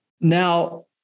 Now